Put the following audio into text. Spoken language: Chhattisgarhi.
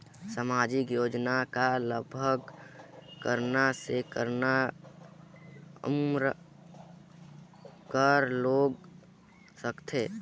समाजिक योजना कर लाभ कतना से कतना उमर कर लोग ले सकथे?